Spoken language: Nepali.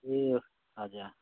ए हजुर